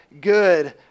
good